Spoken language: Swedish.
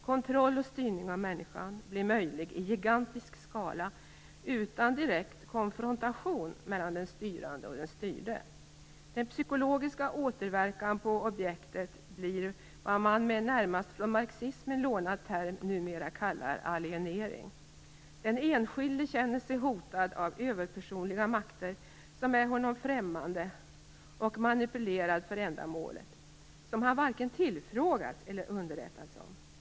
Kontroll och styrning av människan blir möjlig i gigantisk skala utan direkt konfrontation mellan den styrande och den styrde. Den psykologiska återverkan på objektet blir vad man med en närmast från marxismen lånad term numera kallar alienering. Den enskilde känner sig hotad av överpersonliga makter, som är honom främmande, och manipulerad för ändamålet, som han varken tillfrågats eller underrättats om.